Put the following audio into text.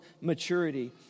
maturity